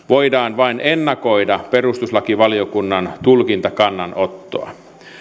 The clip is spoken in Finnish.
voidaan vain ennakoida perustuslakivaliokunnan tulkintakannanottoa